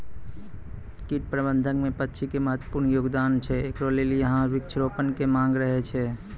कीट प्रबंधन मे पक्षी के महत्वपूर्ण योगदान छैय, इकरे लेली यहाँ वृक्ष रोपण के मांग करेय छैय?